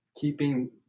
keeping